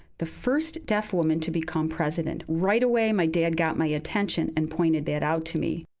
the first deaf woman to become president. right away, my dad got my attention and pointed that out to me.